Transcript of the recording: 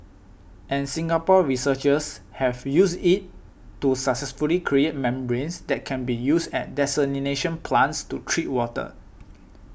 and Singapore researchers have used it to successfully create membranes that can be used at desalination plants to treat water